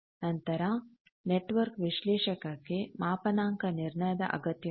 ನಂತರ ನೆಟ್ವರ್ಕ್ ವಿಶ್ಲೇಷಕಕ್ಕೆ ಮಾಪಾನಾಂಕ ನಿರ್ಣಯದ ಅಗತ್ಯವಿದೆ